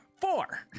Four